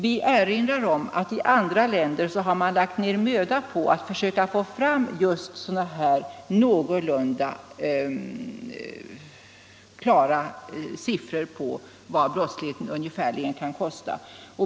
Vi erinrar om att man i andra länder lagt ned möda på att försöka få fram någorlunda klara siffror på vad brottsligheten kostar.